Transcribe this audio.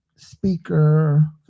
speaker